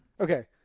Okay